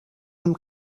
amb